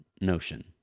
notion